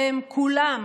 והם כולם